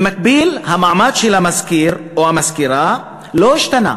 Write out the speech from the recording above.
במקביל, המעמד של המזכיר או המזכירה לא השתנה.